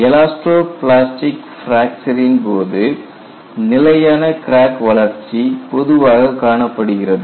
elasto plastic பிராக்சரின் போது நிலையான கிராக் வளர்ச்சி பொதுவாகக் காணப்படுகிறது